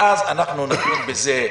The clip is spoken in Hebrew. ואז נדון בזה,